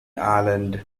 island